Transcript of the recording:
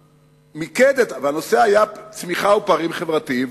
הנושא היה צמיחה ופערים חברתיים,